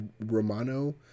Romano